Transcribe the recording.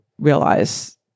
realize